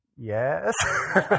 yes